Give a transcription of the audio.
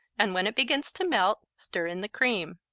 and when it begins to melt, stir in the cream.